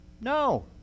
no